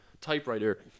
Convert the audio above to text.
typewriter